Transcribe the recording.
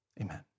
Amen